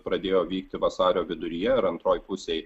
pradėjo vykti vasario viduryje ar antroj pusėj